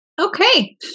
Okay